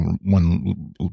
one